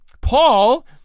Paul